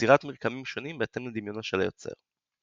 יצירת מרקמים שונים בהתאם לדמיונו של היוצר.